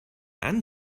and